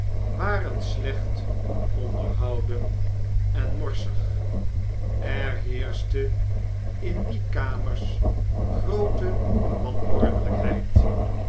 waren slecht onderhouden en morsig wm ppppn geen uitweg meer er heerschte in die kamers groote